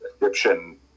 Egyptian